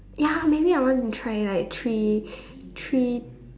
ya maybe I want to try like three three